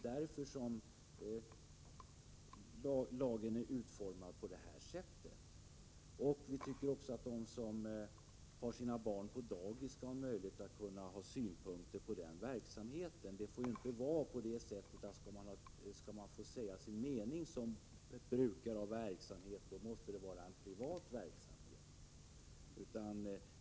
Därför är lagen utformad på det här sättet. Vi tycker också att den som har sina barn på dagis skall ha möjlighet att anlägga synpunkter på verksamheten. Det får inte vara så att skall man få säga sin mening som brukare av verksamheten måste det vara en privat verksamhet.